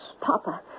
Papa